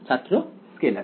ছাত্র স্কেলার